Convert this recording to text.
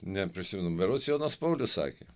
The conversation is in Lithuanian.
neprisimenu berods jonas paulius sakė